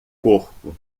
corpo